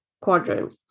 quadrant